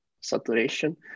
saturation